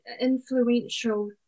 influential